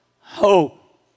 hope